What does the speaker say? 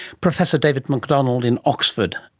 professor david macdonald in oxford